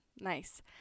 Nice